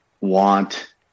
want